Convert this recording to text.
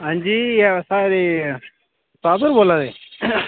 हांजी साढ़े उस्ताद होर बोल्लै दे